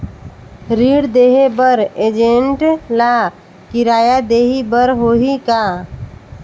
ऋण देहे बर एजेंट ला किराया देही बर होही का?